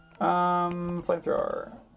Flamethrower